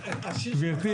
ערב טוב.